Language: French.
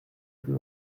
plus